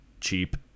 cheap